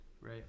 Right